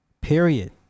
period